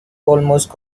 almost